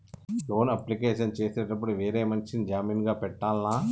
Loan application చేసేటప్పుడు వేరే మనిషిని జామీన్ గా పెట్టాల్నా?